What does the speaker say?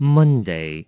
Monday